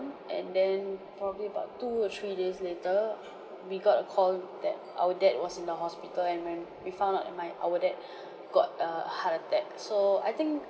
and then probably about two or three days later we got a call that our dad was in the hospital and when we found out and my our dad got a heart attack so I think